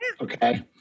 Okay